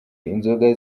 inzoga